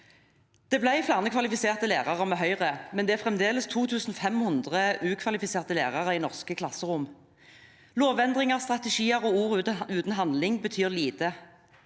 Det ble flere kvalifiserte lærere med Høyre, men det er fremdeles 2 500 ukvalifiserte lærere i norske klasserom. Lovendringer, strategier og ord uten handling betyr lite.